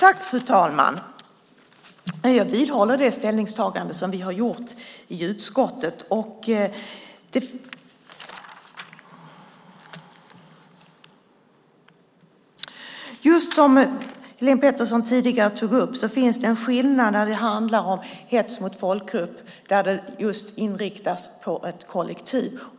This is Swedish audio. Fru talman! Jag vidhåller det ställningstagande som vi har gjort i utskottet. Som Helene Petersson tidigare tog upp finns det en skillnad när det handlar om hets mot folkgrupp, där det just inriktas på ett kollektiv.